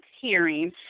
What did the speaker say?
hearing